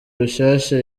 rushyashya